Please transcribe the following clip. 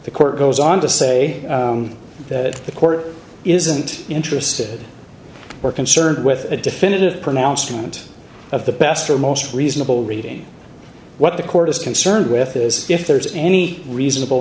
the court goes on to say that the court isn't interested or concerned with a definitive pronouncement of the best or most reasonable reading what the court is concerned with is if there is any reasonable